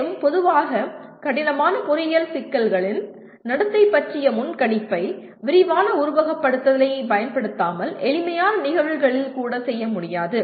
மேலும் பொதுவாக கடினமான பொறியியல் சிக்கல்களின் நடத்தை பற்றிய முன்கணிப்பை விரிவான உருவகப்படுத்துதலைப் பயன்படுத்தாமல் எளிமையான நிகழ்வுகளில் கூட செய்ய முடியாது